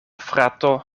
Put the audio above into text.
frato